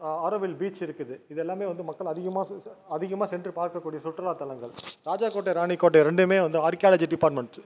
Auroville beach இருக்குது இது எல்லாம் வந்து மக்கள் அதிகமா அதிகமாக சென்று பார்க்கக்கூடிய சுற்றுலா தலங்கள் ராஜா கோட்டை ராணி கோட்டை ரெண்டுமே வந்து ஆர்க்கேலஜி டிப்பார்ட்மெண்ட்